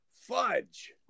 Fudge